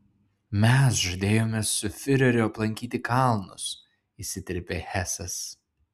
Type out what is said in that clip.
mes žadėjome su fiureriu aplankyti kalnus įsiterpė hesas